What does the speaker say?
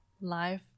life